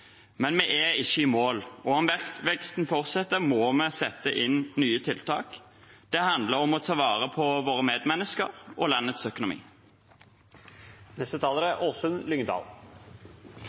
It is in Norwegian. Men vi er ikke i mål. Om veksten fortsetter, må vi sette inn nye tiltak. Det handler om å ta vare på våre medmennesker og landets økonomi. Forbrukslån er